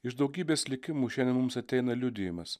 iš daugybės likimų šiandien mums ateina liudijimas